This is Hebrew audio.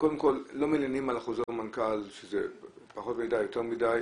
לא מלינים על חוזר מנכ"ל שזה פחות מדי או יותר מדי,